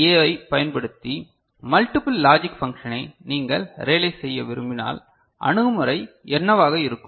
ஏ ஐப் பயன்படுத்தி multiple logic பன்க்ஷனை நீங்கள் ரியலைஸ் செய்ய விரும்பினால் அணுகுமுறை என்னவாக இருக்கும்